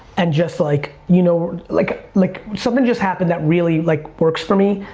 and just like you know like like something just happened that really like works for me.